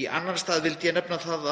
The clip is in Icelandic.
Í annan stað vildi ég nefna að